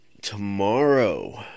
Tomorrow